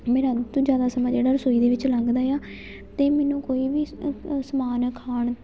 ਮੇਰਾ ਅੱਧ ਤੋਂ ਜ਼ਿਆਦਾ ਸਮਾਂ ਜਿਹੜਾ ਰਸੋਈ ਦੇ ਵਿੱਚ ਲੰਘਦਾ ਆ ਅਤੇ ਮੈਨੂੰ ਕੋਈ ਵੀ ਸਮਾਨ ਖਾਣ